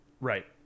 Right